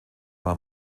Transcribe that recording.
war